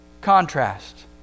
contrast